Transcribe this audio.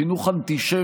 ממש חינוך אנטישמי,